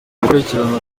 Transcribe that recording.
gukurikirana